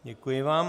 Děkuji vám.